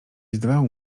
zdawało